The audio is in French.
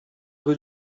rue